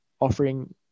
offering